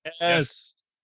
Yes